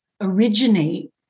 originate